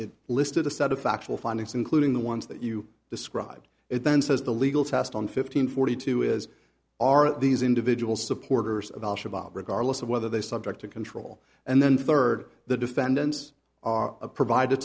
it listed a set of factual findings including the ones that you described it then says the legal test on fifteen forty two is are these individual supporters of al shabaab regardless of whether they subject to control and then third the defendants are provide